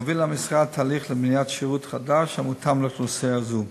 מוביל המשרד תהליך לבניית שירות חדש המותאם לאוכלוסייה זו.